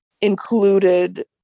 included